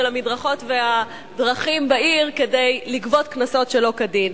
המדרכות והדרכים בעיר כדי לגבות קנסות שלא כדין.